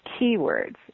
keywords